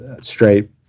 straight